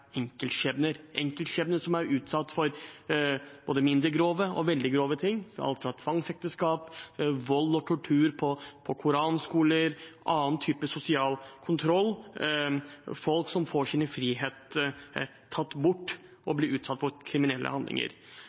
enkeltskjebner, enkeltskjebner som er utsatt for både mindre grove og veldig grove ting, alt fra tvangsekteskap, vold og tortur på koranskoler og annen type sosial kontroll. Dette er folk som får sin frihet tatt bort og blir utsatt for kriminelle handlinger.